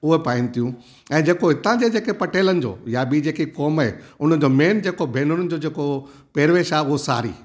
उहा पाइनि थियूं ऐं जेको हितां जे जेके पटेलनि जो या ॿीं जेकी क़ौम आहे हुनजो मेन जेको भेनरुनि जो जेको पहेरवेश आहे उहा साड़ी